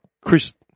Chris